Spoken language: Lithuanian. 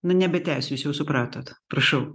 nu nebetęsiu jūs jau supratot prašau